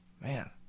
Man